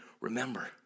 remember